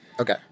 Okay